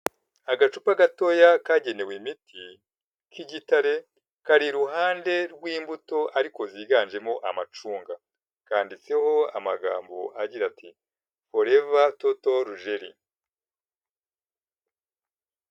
Agacupa gatoya kagenewe imiti k'igitare, kari iruhande rw'imbuto ariko ziganjemo amacunga. Kanditseho amagambo agira ati: "Forever Total Jelly."